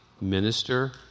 minister